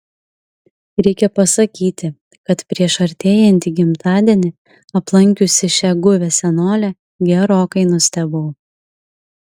reikia pasakyti kad prieš artėjantį gimtadienį aplankiusi šią guvią senolę gerokai nustebau